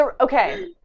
Okay